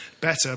better